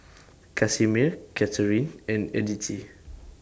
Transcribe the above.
Casimir Catharine and Edythe